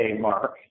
Mark